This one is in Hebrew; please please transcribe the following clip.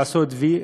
לעשות וי,